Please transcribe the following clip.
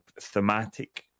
thematic